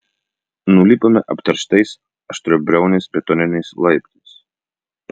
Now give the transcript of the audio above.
nulipome apterštais aštriabriauniais betoniniais laiptais